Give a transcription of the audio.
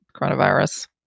Coronavirus